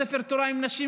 בספר תורה עם נשים,